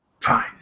Fine